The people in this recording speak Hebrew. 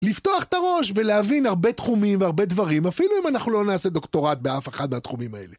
לפתוח את הראש ולהבין הרבה תחומים והרבה דברים אפילו אם אנחנו לא נעשה דוקטורט באף אחד מהתחומים האלה